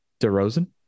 DeRozan